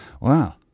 Wow